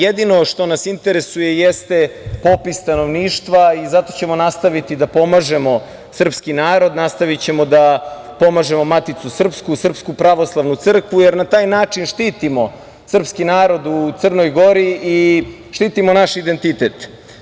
Jedino što nas interesuje jeste popis stanovništva i zato ćemo nastaviti da pomažemo srpski narod, nastavićemo da pomažemo maticu srpsku, Srpsku pravoslavnu crkvu, jer na taj način štitimo srpski narod u Crnoj Gori i štitimo naš identitet.